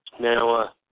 Now